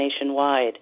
nationwide